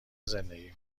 زندگی